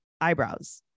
eyebrows